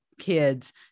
kids